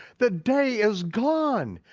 the day is gone!